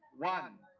one